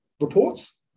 reports